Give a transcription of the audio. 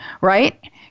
right